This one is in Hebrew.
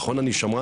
נכון אני שמרן,